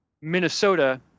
Minnesota